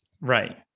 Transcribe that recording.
right